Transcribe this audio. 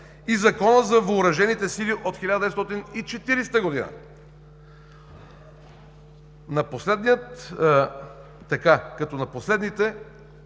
и Законът за въоръжените сили от 1940 г., като на последните,